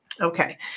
okay